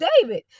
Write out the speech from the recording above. david